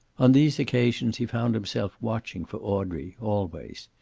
on these occasions he found himself watching for audrey, always.